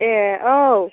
ए औ